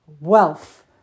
wealth